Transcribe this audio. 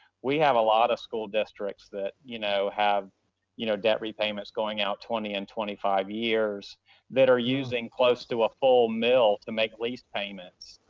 we have a lot of school districts that you know have you know debt repayments going out twenty and twenty five years that are using close to a full mill to make lease payments,